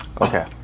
Okay